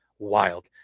wild